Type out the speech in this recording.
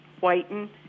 whiten